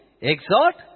exhort